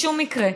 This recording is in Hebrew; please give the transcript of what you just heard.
בשום מקרה.